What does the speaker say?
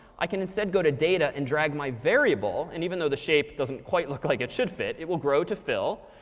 i can instead go to data and drag my variable, and even though the shape doesn't quite look like it should fit, it will grow to fill.